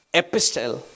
epistle